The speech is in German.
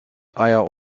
eier